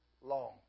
long